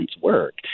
work